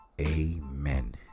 amen